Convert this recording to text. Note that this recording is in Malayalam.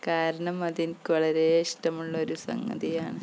കാരണം അതെനിക്ക് വളരേ ഇഷ്ടമുള്ളൊരു സംഗതിയാണ്